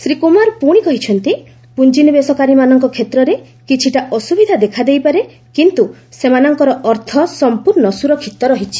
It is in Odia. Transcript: ଶ୍ରୀ କୁମାର ପୁଣି କହିଛନ୍ତି ପୁଞ୍ଜିନିବେଶକାରୀମାନଙ୍କ କ୍ଷେତ୍ରରେ କିଛିଟା ଅସୁବିଧା ଦେଖାଦେଇପାରେ କିନ୍ତୁ ସେମାନଙ୍କର ଅର୍ଥ ସମ୍ପର୍ଶ୍ଣ ସୁରକ୍ଷିତ ରହିଛି